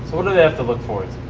sort of have to look forward